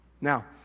Now